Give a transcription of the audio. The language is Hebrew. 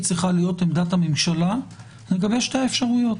צריכה להיות עמדת הממשלה לגבי שתי האפשרויות